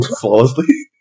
flawlessly